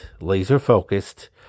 laser-focused